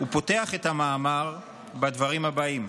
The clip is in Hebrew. הוא פותח את המאמר בדברים הבאים: